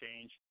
change